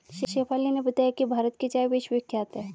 शेफाली ने बताया कि भारत की चाय विश्वविख्यात है